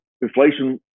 inflation